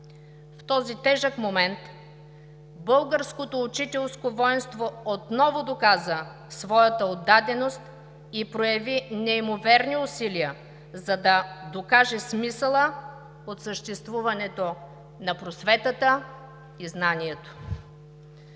В този тежък момент българското учителско войнство отново доказа своята отдаденост и прояви неимоверни усилия, за да докаже смисъла от съществуването на просветата и знанието.